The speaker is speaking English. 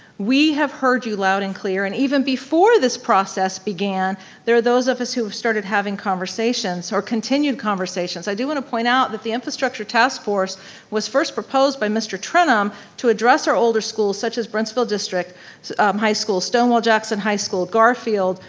we have heard you loud and clear and even before this process began there are those of us who have started having conversations or continued conversations, i do wanna point out that the infrastructure task force was first proposed by mr. trenum to address our older schools such as brentsville um high school, stonewall jackson high school, gar-field,